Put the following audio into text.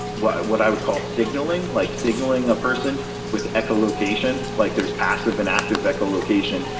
what what i would call, signalling, like signalling a person with echolocation, like there's passive and active echolocation,